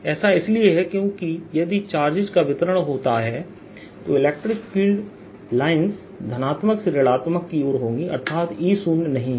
ऐसा इसलिए है क्योंकि यदि चार्जेस का वितरण होता है तो इलेक्ट्रिक फील्ड लाइन्ज़ धनात्मक से ऋणात्मक की ओर होंगी अर्थात E शून्य नहीं है